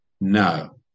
No